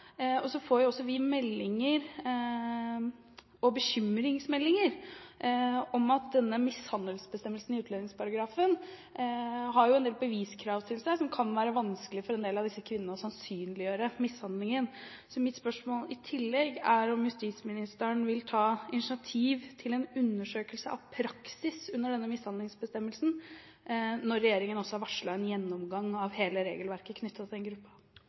Så får vi også bekymringsmeldinger om at denne mishandlingsbestemmelsen i utlendingsloven har en del beviskrav til seg som gjør at det kan være vanskelig for en del av disse kvinnene å sannsynliggjøre mishandlingen. Mitt spørsmål i tillegg er: Vil justisministeren ta initiativ til en undersøkelse av praksis av denne mishandlingsbestemmelsen når regjeringen også har varslet en gjennomgang av hele regelverket knyttet til